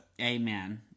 amen